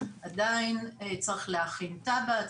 עדיין צריך להכין תב"ע,